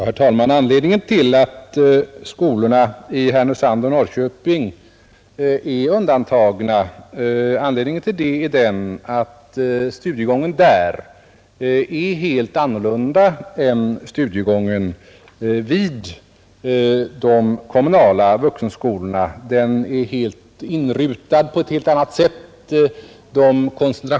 Herr talman! Anledningen till att skolorna i Härnösand och Norrköping är undantagna är att studiegången där är helt annorlunda än studiegången vid de kommunala vuxenskolorna. Den är inrutad på ett helt annat sätt.